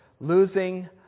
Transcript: losing